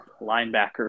linebacker